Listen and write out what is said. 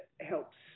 helps